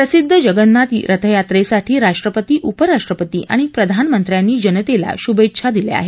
प्रसिद्ध जगन्नाथ रथयात्रेसाठी राष्ट्रपती उपराष्ट्रपती आणि प्रधानमंत्र्यांनी जनतेला शुभेच्छा दिल्या आहेत